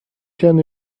can